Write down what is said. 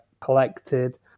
collected